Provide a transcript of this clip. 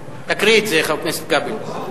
חבר הכנסת כבל.